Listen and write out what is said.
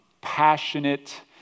passionate